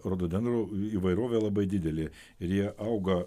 rododendrų įvairovė labai didelė ir jie auga